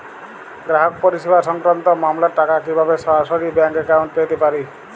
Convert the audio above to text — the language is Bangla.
গ্রাহক পরিষেবা সংক্রান্ত মামলার টাকা কীভাবে সরাসরি ব্যাংক অ্যাকাউন্টে পেতে পারি?